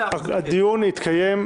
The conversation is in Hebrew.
הדיון יוקדם.